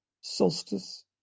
solstice